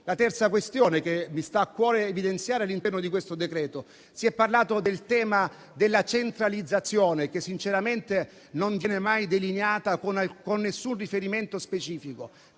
la terza questione che mi sta a cuore evidenziare all'interno di questo decreto-legge. Si è parlato del tema della centralizzazione, che sinceramente non viene mai delineata con riferimenti specifici.